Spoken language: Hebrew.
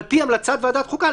על פי המלצת ועדת החוקה,